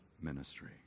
ministry